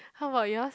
how about yours